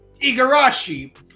igarashi